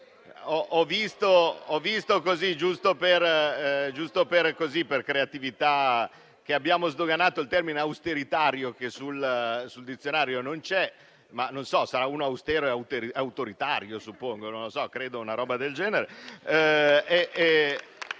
Ho visto così, giusto per creatività, che abbiamo sdoganato il termine "austeritario", che sul dizionario non c'è: sarà un austero autoritario, suppongo, o una roba del genere.